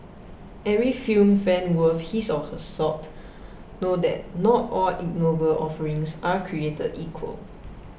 every film fan worth his or her salt know that not all ignoble offerings are created equal